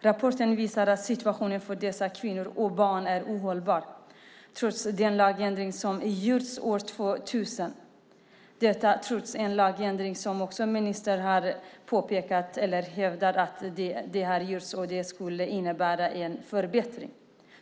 Rapporten visar att situationen för dessa kvinnor och barn är ohållbar trots den lagändring som gjordes år 2000 och trots en lagändring som ministern hävdar har gjorts och som skulle innebära en förbättring.